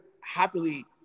happily